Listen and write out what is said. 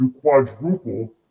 quadruple